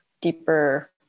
deeper